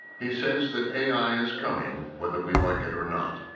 he says that a i. is coming, whether we like it or not.